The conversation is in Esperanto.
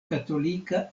katolika